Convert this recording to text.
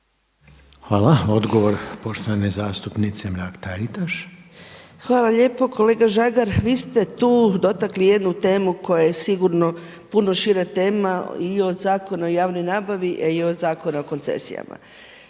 Hvala. Odgovor poštovane zastupnike Mrak Taritaš. **Mrak-Taritaš, Anka (HNS)** Hvala lijepo. Kolega Žagar, vi ste tu dotakli jednu temu koja je sigurno puno šira tema i od Zakona o javnoj nabavi i od Zakona o koncesijama.